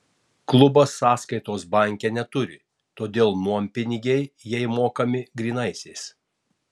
klubas sąskaitos banke neturi todėl nuompinigiai jai mokami grynaisiais